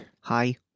hi